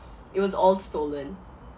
it was all stolen